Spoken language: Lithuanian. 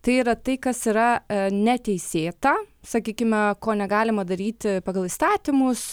tai yra tai kas yra neteisėta sakykime ko negalima daryti pagal įstatymus